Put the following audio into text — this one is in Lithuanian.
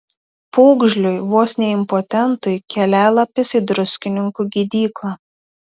pūgžliui vos ne impotentui kelialapis į druskininkų gydyklą